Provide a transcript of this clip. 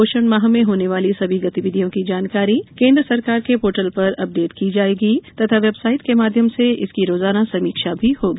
पोषण माह में होने वाली सभी गतिविधियों की जानकारी केन्द्र सरकार के पोर्टल पर अपडेट की जायेगी तथा वेबसाइट के माध्यम से इसकी रोजाना समीक्षा भी होगी